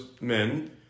men